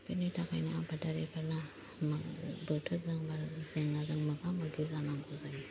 बेनि थाखायनो आबादारिफोरना बोथोरजोंबो जेंनाजों मोगा मोगि जानांगौ जायो